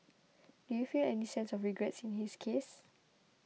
do you feel any sense of regret in his case